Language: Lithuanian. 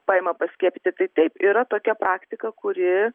paima paskiepyti tai taip yra tokia praktika kuri